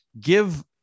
Give